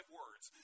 words